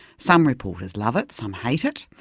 some reporters love it, some hate it,